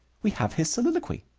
we have his soliloquy.